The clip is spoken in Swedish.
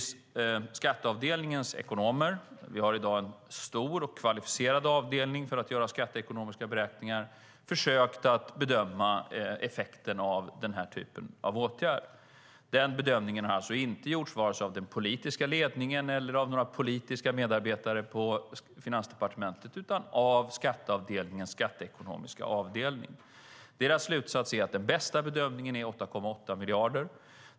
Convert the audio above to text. Skatteavdelningens ekonomer - vi har i dag en stor och kvalificerad avdelning för att göra skatteekonomiska beräkningar - har naturligtvis försökt bedöma effekterna av den här typen av åtgärder. Den bedömningen har alltså inte gjorts av vare sig den politiska ledningen eller några politiska medarbetare på Finansdepartementet utan av skatteavdelningens skatteekonomiska avdelning. Deras slutsats är att den bästa bedömningen är 8,8 miljarder.